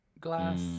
glass